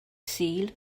sul